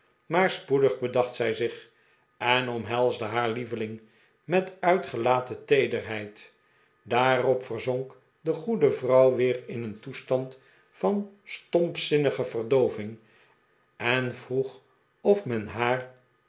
maar spoedig bedacht zij zich en omhelsde haar lieveling met uitgelaten teederheid daarop verzonk de goede vrouw weer in een toestand van stompzinnige verdobving en vroeg of men haar